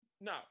No